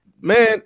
Man